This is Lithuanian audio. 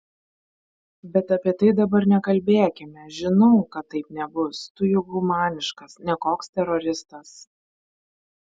bet apie tai dabar nekalbėkime žinau kad taip nebus tu juk humaniškas ne koks teroristas